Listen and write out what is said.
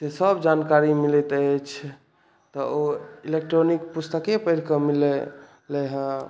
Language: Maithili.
से सभ जानकारी मिलैत अछि तऽ ओ इलेक्ट्रॉनिक पुस्तके पढ़ि कऽ मिललै हेँ